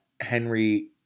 Henry